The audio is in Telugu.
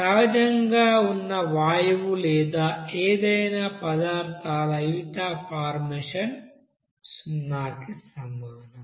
సహజంగా ఉన్న వాయువు లేదా ఏదైనా పదార్థాల హీట్ అఫ్ ఫార్మేషన్ సున్నాకి సమానం